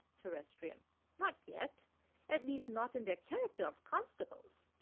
terrestrian not yet at least not in their character of constables.